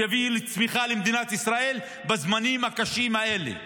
שיביא צמיחה למדינת ישראל בזמנים הקשים האלה?